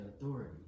authority